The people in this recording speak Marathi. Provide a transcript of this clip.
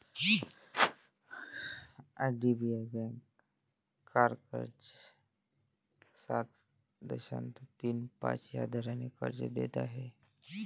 आई.डी.बी.आई बँक कार कर्ज सात दशांश तीन पाच या दराने कर्ज देत आहे